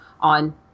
on